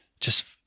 just-